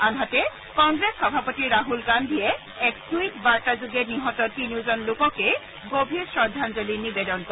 আনহাতে কংগ্ৰেছ সভাপতি ৰাহুল গান্ধীয়ে এক টুইট বাৰ্তাযোগে নিহত তিনিওজন লোককেই গভীৰ শ্ৰদ্ধাঞ্জলী নিবেদন কৰে